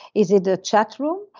is it a chat room?